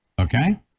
Okay